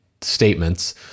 statements